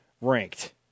ranked